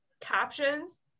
captions